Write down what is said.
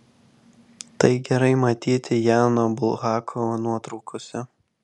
tai gerai matyti jano bulhako nuotraukose